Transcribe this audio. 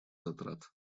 затрат